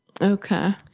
Okay